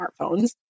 smartphones